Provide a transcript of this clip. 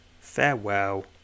farewell